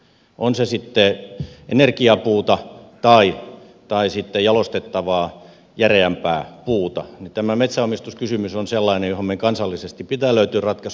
on se sitten energiapuuta tai sitten jalostettavaa järeämpää puuta niin tämä metsänomistuskysymys on sellainen johon meidän kansallisesti pitää löytää ratkaisuja